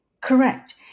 correct